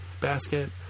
Basket